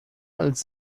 als